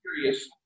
curious